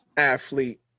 athlete